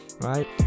right